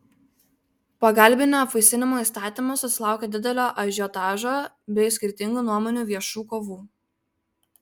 pagalbinio apvaisinimo įstatymas susilaukė didelio ažiotažo bei skirtingų nuomonių viešų kovų